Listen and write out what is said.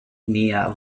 near